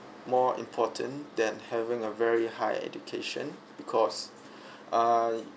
more important than having a very high education because err